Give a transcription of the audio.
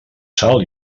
sal